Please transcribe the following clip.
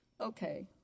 Okay